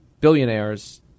billionaires